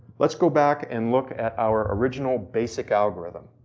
let's go back and look at our original basic algorithm.